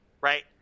right